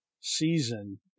season